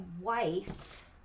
wife